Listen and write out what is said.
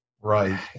Right